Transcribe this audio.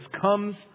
comes